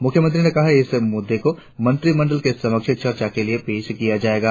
मुख्यमंत्री ने कहा इस मुद्दे को मंत्रिमंडल के समक्ष चर्चा के लिए पेश किया जाएगा